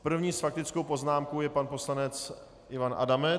První s faktickou poznámkou je pan poslanec Ivan Adamec.